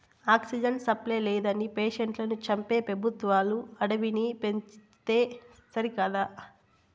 oxygen supply లేదని పేషెంట్లను చంపే పెబుత్వాలు అడవిని పెంచితే సరికదా